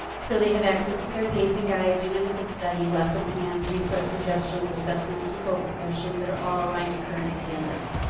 so they have access to their pacing guides, guides, units of study, lesson plans, resource suggestions, assessments, and focus questions that are all aligned to current standards.